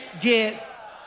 get